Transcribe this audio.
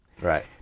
Right